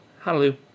Hallelujah